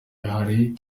hari